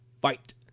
Fight